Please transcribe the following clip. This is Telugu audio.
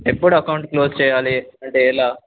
ఎప్పుడు అకౌంట్ క్లోజ్ చేయాలి అంటే ఎలా